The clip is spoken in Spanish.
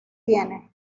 tiene